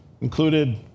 Included